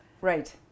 Right